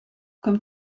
comme